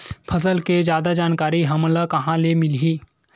फसल के जादा जानकारी हमला कहां ले मिलही?